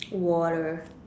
water